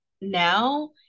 now